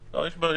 בחקיקה.